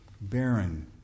barren